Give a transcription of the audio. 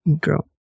Girl